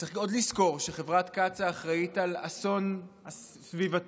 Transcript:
צריך עוד לזכור שחברת קצא"א אחראית לאסון סביבתי,